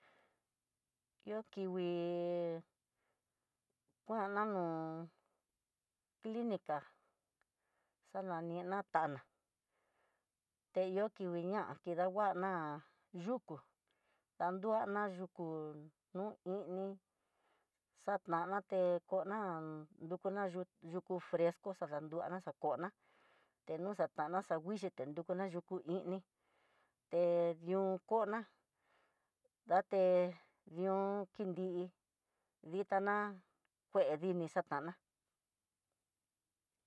Ihó kikui, kuana no clinica xa nanina tana teño kingui ña'a kidanguana, yuku danguana yuku nu'u ini xanaté koná, nrukuna yu yuku fresco ta danruana kona denó xatana, xaguichete nrukuna yuku ini te dión koná date dión kinrí diana kue dini xatana.